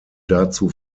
dazu